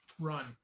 run